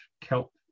kelp